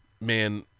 Man